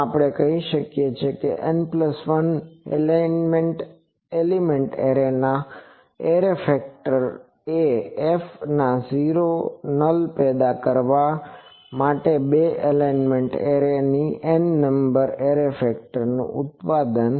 આમ આપણે કહીએ છીએ કે N 1 એલિમેન્ટ એરે ના એરે ફેક્ટર એ F ના 0 પર નલ પેદા કરવા માટે બે અલિમેન્ટ એરે ની n નંબરની એરે ફેક્ટર નું ઉત્પાદન છે